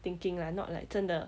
thinking lah not like 真的